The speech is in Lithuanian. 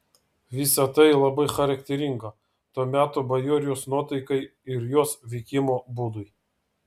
visa tai labai charakteringa to meto bajorijos nuotaikai ir jos veikimo būdui